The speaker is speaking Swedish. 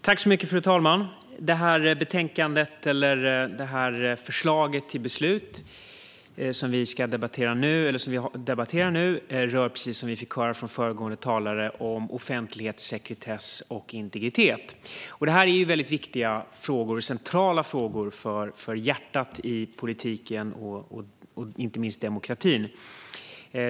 Fru talman! Detta betänkande och förslag till beslut, som vi debatterar nu, rör precis som vi fick höra från föregående talare offentlighet, sekretess och integritet. Detta är viktiga och centrala frågor för hjärtat av politiken och demokratin.